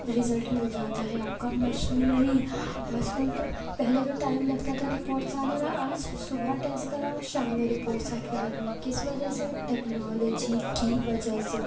result مل جاتا ہے آپ کا مشینری آج کل تو پہلے جو ٹائم لگتا تھا رپوٹس آنے میں آج صبح ٹیسٹ کراؤ شام میں رپوٹس آپ کے ہاتھ میں کس وجہ سے ٹیکنالوجی کی وجہ سے